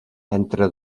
entre